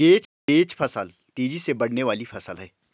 catch फसल तेजी से बढ़ने वाली फसल है